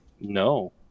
No